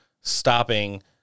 stopping